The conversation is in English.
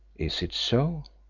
is it so?